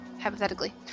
hypothetically